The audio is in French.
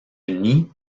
nid